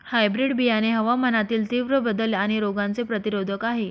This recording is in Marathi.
हायब्रीड बियाणे हवामानातील तीव्र बदल आणि रोगांचे प्रतिरोधक आहे